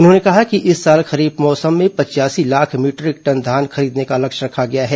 उन्होंने कहा कि इस साल खरीफ मौसम में पच्यासी लाख मीटरिक टन धान खरीदने का लक्ष्य रखा गया है